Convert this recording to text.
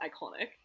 iconic